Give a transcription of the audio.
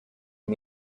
you